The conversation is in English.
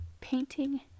painting